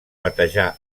batejar